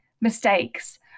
mistakes